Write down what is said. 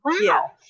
Wow